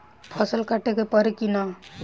फसल काटे के परी कि न?